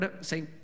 say